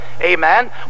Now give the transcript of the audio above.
amen